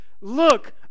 look